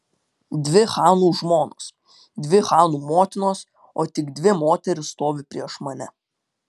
dvi chanų žmonos dvi chanų motinos o tik dvi moterys stovi prieš mane